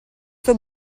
suo